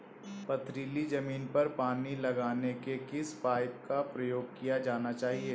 पथरीली ज़मीन पर पानी लगाने के किस पाइप का प्रयोग किया जाना चाहिए?